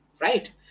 right